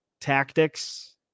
tactics